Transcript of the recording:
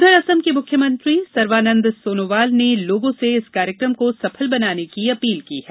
उधर असम के मुख्यमंत्री सर्वानंद सोनोवाल ने लोगों से इस कार्यक्रम को सफल बनाने की अपील की है